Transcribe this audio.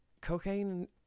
cocaine